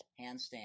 Handstand